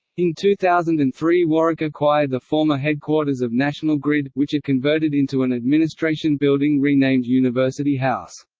in two thousand and three warwick acquired the former headquarters of national grid, which it converted into an administration building renamed university house.